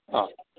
ആ